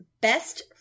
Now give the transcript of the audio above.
best